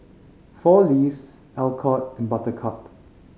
Four Leaves Alcott and Buttercup